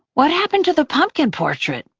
what happened to the pumpkin portrait?